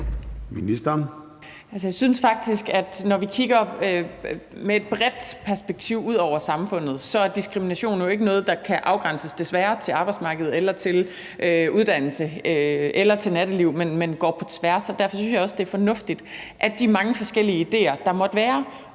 Jeg synes faktisk, når vi kigger med et bredt perspektiv ud over samfundet, at diskrimination jo desværre ikke er noget, der kan afgrænses til arbejdsmarkedet eller til uddannelser eller til nattelivet, men at det går på tværs, og derfor synes jeg også, det er fornuftigt, at de mange forskellige idéer, der måtte være,